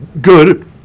good